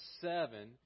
seven